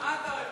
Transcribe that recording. מה אתה אוהב